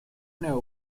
know